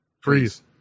Freeze